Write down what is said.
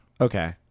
Okay